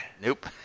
Nope